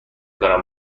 کنم